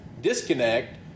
disconnect